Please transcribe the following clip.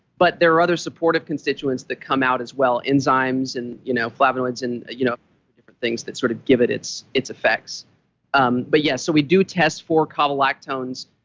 but there are other supportive constituents that come out, as well enzymes and you know flavonoids and you know different things that sort of give it its its effects um but yeah so we do test for kavalactones.